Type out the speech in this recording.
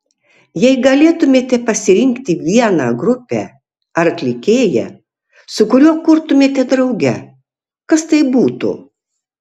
jei galėtumėte pasirinkti vieną grupę ar atlikėją su kuriuo kurtumėte drauge kas tai būtų